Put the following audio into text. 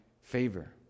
favor